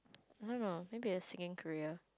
I don't know maybe a singing career